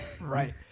Right